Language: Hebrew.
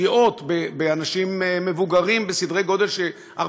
פגיעות באנשים מבוגרים בסדרי גודל שונים,